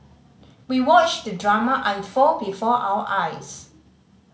we watched the drama unfold before our eyes